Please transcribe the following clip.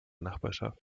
nachbarschaft